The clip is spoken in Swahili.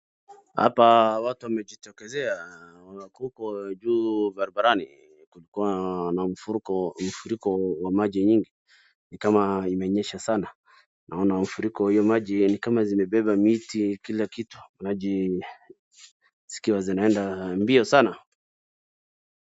Hapa watu wamejitokezea, wako huko juu barabarani, kuna mafuriko ya maji nyingi, ni kama imenyesha sana naona mafuriko hiyo maji ni kama zimebeba miti kila kitu, maji naskia zinaenda mbio sana.